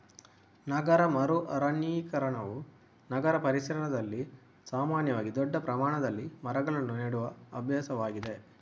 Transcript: ನಗರ ಮರು ಅರಣ್ಯೀಕರಣವು ನಗರ ಪರಿಸರದಲ್ಲಿ ಸಾಮಾನ್ಯವಾಗಿ ದೊಡ್ಡ ಪ್ರಮಾಣದಲ್ಲಿ ಮರಗಳನ್ನು ನೆಡುವ ಅಭ್ಯಾಸವಾಗಿದೆ